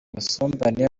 ubusumbane